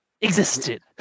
existed